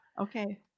Okay